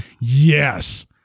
Yes